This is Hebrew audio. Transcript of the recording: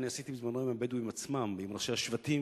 אני עשיתי בזמני עם הבדואים עצמם ועם ראשי השבטים,